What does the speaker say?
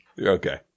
okay